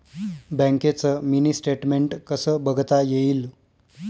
बँकेचं mini statement कसं बघता येईल?